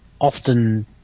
often